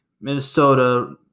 Minnesota